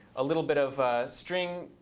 a little bit of string